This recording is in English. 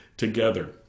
Together